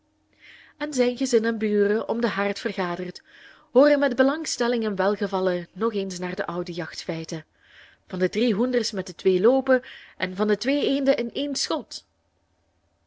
en zijn gezin en buren om den haard vergaderd hooren met belangstelling en welgevallen nog eens naar de oude jachtfeiten van de drie hoenders met de twee loopen en van de twee eenden in één schot